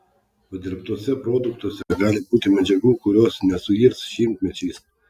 padirbtuose produktuose gali būti medžiagų kurios nesuirs šimtmečiais